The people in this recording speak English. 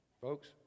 Folks